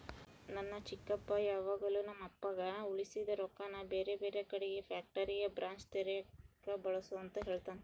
ನನ್ನ ಚಿಕ್ಕಪ್ಪ ಯಾವಾಗಲು ನಮ್ಮಪ್ಪಗ ಉಳಿಸಿದ ರೊಕ್ಕನ ಬೇರೆಬೇರೆ ಕಡಿಗೆ ಫ್ಯಾಕ್ಟರಿಯ ಬ್ರಾಂಚ್ ತೆರೆಕ ಬಳಸು ಅಂತ ಹೇಳ್ತಾನಾ